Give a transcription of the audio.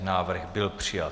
Návrh byl přijat.